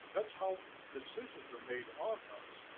that's how decisions are made on us.